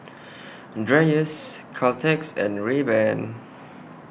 Dreyers Caltex and Rayban